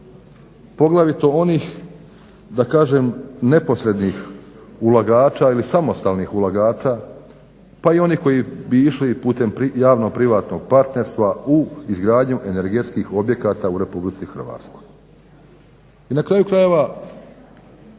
poglavito onih da kažem neposrednih ulagača ili samostalnih ulagača pa i onih koji bi išli putem javno-privatnog partnerstva u izgradnju energetskih objekata u RH. I na kraju krajeva